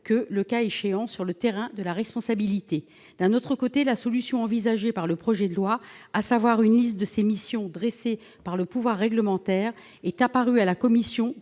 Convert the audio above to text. que, le cas échéant, sur le terrain de la responsabilité. De l'autre, la solution envisagée dans le projet de loi, à savoir une liste de ces missions dressée par le pouvoir réglementaire, est apparue à la commission